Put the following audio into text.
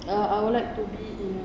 uh I would like to be in